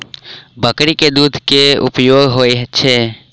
बकरी केँ दुध केँ की उपयोग होइ छै?